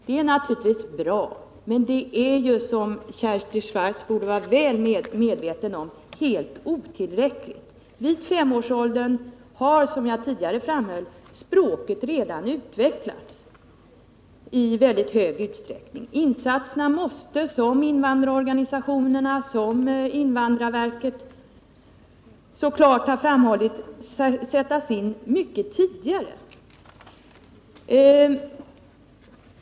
Det är naturligtvis bra, men det är ju, som Kersti Swartz borde vara väl medveten om, helt otillräckligt. I femårsåldern har, som jag tidigare framhöll, språket redan utvecklats i mycket stor utsträckning. Insatserna måste alltså, som invandrarorganisationer och invandrarverket framhållit så klart, göras mycket tidigare.